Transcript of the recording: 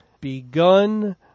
begun